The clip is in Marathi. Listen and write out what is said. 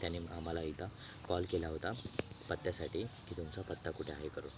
त्याने मला एकदा कॉल केला होता पत्त्यासाठी की तुमचा पत्ता कुठे आहे करून